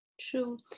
True